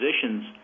positions